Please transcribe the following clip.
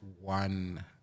one